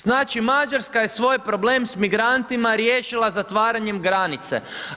Znači Mađarska je svoj problem s migrantima riješila zatvaranjem granice.